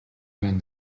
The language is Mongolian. байна